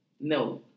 No